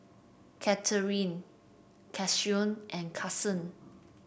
Katherine Cassius and Carsen